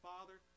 Father